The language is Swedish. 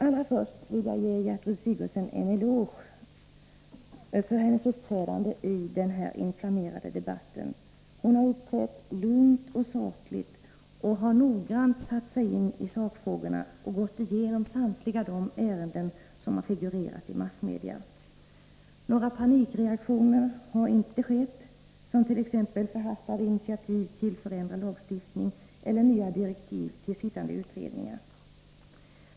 Allra först vill jag ge Gertrud Sigurdsen en eloge för hennes uppträdande i denna inflammerade debatt. Hon har uppträtt lugnt och sakligt och har noggrant satt sig in i sakfrågorna och gått igenom samtliga de ärenden som har figurerat i massmedia. Några panikreaktioner har inte skett, t.ex. förhastade initiativ till förändrad lagstiftning eller nya direktiv till sittande utredningar.